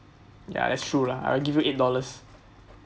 ya that's true lah I'll give you eight dollars